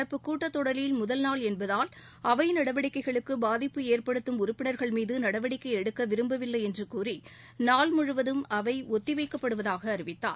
நடப்பு கூட்டத் தொடரில் முதல் நாள் என்பதால் அவை நடவடிக்கைகளுக்கு பாதிப்பு ஏற்படுத்தும் உறுப்பினர்கள் மீது நடவடிக்கை எடுக்க விரும்பவில்லை என்று கூறி நாள் முழுவதும் அவை ஒத்திவைக்கப்படுவதாக அறிவித்தார்